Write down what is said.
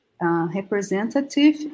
representative